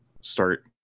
start